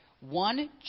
one